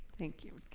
thank you.